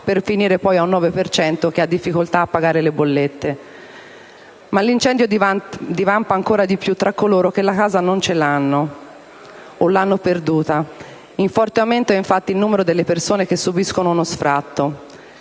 per finire con l'8,9 per cento che ha difficoltà a pagare le bollette. Ma l'incendio divampa ancor di più tra coloro che la casa non ce l'hanno, o l'hanno perduta; in forte aumento è infatti il numero delle persone che subiscono uno sfratto.